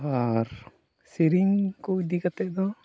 ᱟᱨ ᱥᱮᱨᱮᱧ ᱠᱚ ᱤᱫᱤ ᱠᱟᱛᱮ ᱫᱚ